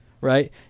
right